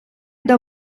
йде